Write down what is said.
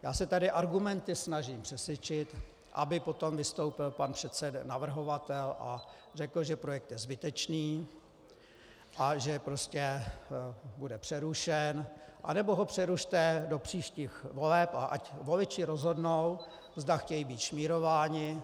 Já se tady argumenty snažím přesvědčit, aby potom vystoupil pan předseda navrhovatel a řekl, že projekt je zbytečný a že prostě bude přerušen, anebo ho přerušte do příštích voleb, a ať voliči rozhodnout, zda chtějí být šmírováni.